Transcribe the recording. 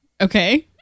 Okay